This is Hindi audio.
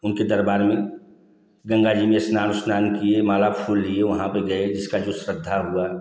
उनके दरबार में गंगा जी में स्नान उस्नान किए माला फूल लिए वहाँ पर गए जिसका जो श्रद्धा हुआ